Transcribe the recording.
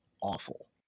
awful